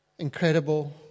Incredible